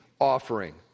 offering